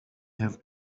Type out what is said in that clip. have